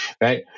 right